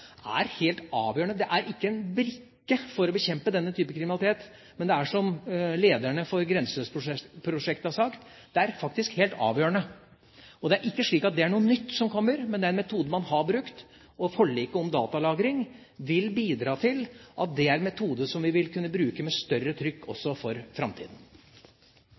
er helt avgjørende. Det er ikke en brikke for å bekjempe denne type kriminalitet, det er, som lederne for Grenseløs-prosjektet har sagt, faktisk helt avgjørende. Og det er ikke slik at det er noe nytt som kommer, det er en metode man har brukt. Forliket om datalagring vil bidra til at det er en metode som vi vil kunne bruke med større trykk også for